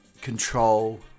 control